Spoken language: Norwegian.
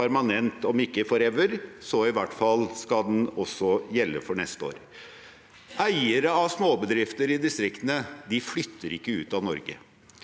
permanent – om ikke «for ever», så skal den i hvert fall gjelde også for neste år. Eiere av småbedrifter i distriktene flytter ikke ut av Norge.